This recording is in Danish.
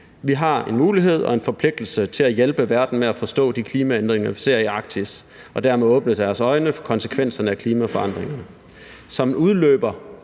Vi har en mulighed for og en forpligtelse til at hjælpe verden med at forstå de klimaændringer, vi ser i Arktis, og dermed åbne deres øjne for konsekvenserne af klimaforandringerne. Som en udløber